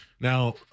now